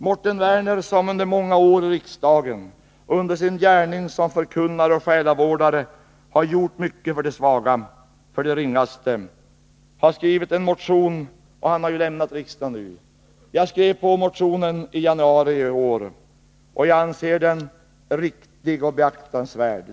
Mårten Werner har under många år i riksdagen och under sin gärning som förkunnare och själavårdare gjort mycket för de svaga och ringaste. Han har nu lämnat riksdagen, men väckte i januari i år en motion som också jag undertecknade. Jag anser att motionen, som utgör en del av underlaget till detta betänkande, är riktig och beaktansvärd.